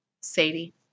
Sadie